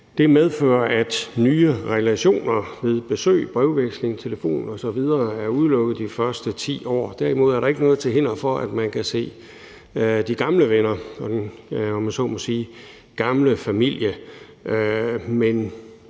Det medfører, at nye relationer ved besøg, brevveksling, telefonisk kontakt osv. er udelukket de første 10 år. Derimod er der ikke noget til hinder for, at man kan se de gamle venner, om man så må sige,